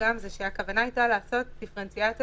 הכוונה הייתה לעשות בתקנות דיפרנציאציה